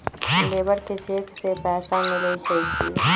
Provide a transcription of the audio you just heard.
Labour के cheque से पैसा मिलई छई कि?